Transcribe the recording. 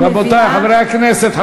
רבותי חברי הכנסת.